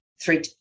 three